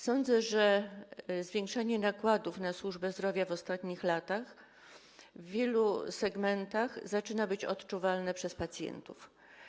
Sądzę, że zwiększenie nakładów na służbę zdrowia w ostatnich latach w wielu segmentach zaczyna być odczuwalne przez pacjentów.